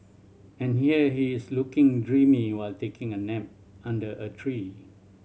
and here he is looking dreamy while taking a nap under a tree